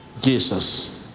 Jesus